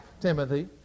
Timothy